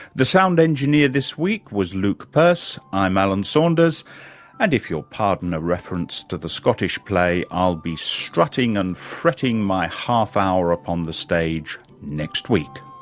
the sound engineer this week was luke purse, i'm alan saunders and if you'll pardon a reference to the scottish play, i'll be strutting and fretting my half hour upon the stage next week